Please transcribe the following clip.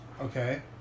Okay